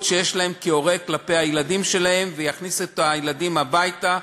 שיש להם כהורה כלפי הילדים שלהם ויכניסו את הילדים הביתה,